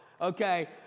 Okay